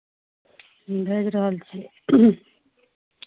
भेज रहल छी